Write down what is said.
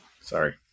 Sorry